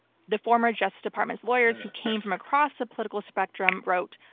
the former justice department lawyers who came from across the political spectrum wrote,